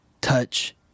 touch